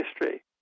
history